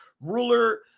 Ruler